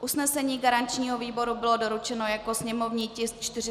Usnesení garančního výboru bylo doručeno jako sněmovní tisk 460/3.